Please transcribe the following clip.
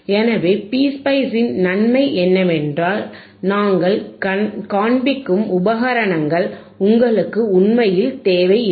எனவே PSpice இன் நன்மை என்னவென்றால் நாங்கள் காண்பிக்கும் உபகரணங்கள் உங்களுக்கு உண்மையில் தேவையில்லை